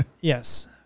Yes